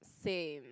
same